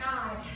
God